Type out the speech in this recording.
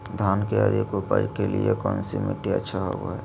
धान के अधिक उपज के लिऐ कौन मट्टी अच्छा होबो है?